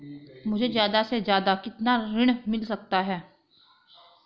मुझे ज्यादा से ज्यादा कितना ऋण मिल सकता है?